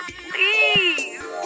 please